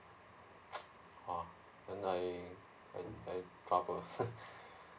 oh then I I cover